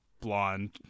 blonde